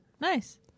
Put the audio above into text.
Nice